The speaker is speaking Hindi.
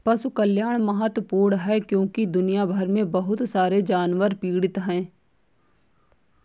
पशु कल्याण महत्वपूर्ण है क्योंकि दुनिया भर में बहुत सारे जानवर पीड़ित हैं